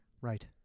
Right